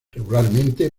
regularmente